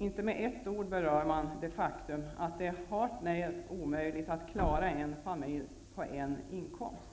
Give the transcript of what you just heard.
Inte med ett ord berör man det faktum att det är hart när omöjligt att klara en familj på en inkomst;